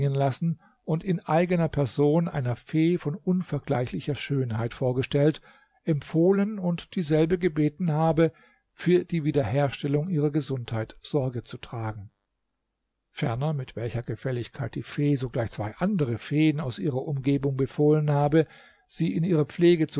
und in eigener person einer fee von unvergleichlicher schönheit vorgestellt empfohlen und dieselbe gebeten habe für die wiederherstellung ihrer gesundheit sorge zu tragen ferner mit welcher gefälligkeit die fee sogleich zwei anderen feen aus ihrer umgebung befohlen habe sie in ihre pflege zu